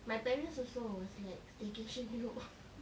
my parents also was like staycation you know